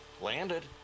landed